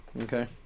okay